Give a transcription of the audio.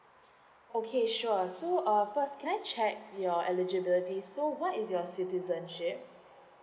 okay sure so uh first can I check your eligibility so what is your citizenship